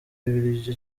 ibiryo